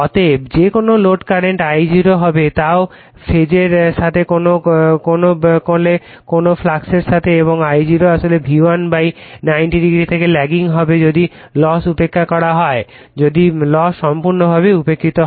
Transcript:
অতএব যে কোন লোড কারেন্ট I0 হবে তাও ফেজ এর সাথে কোন কলে কোন কলে ফ্লাক্সের সাথে এবং I0 আসলে V1 90o থেকে ল্যাগিং হবে যদি লস উপেক্ষা করা হয় যদি লস সম্পূর্ণরূপে উপেক্ষিত হয়